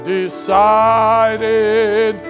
decided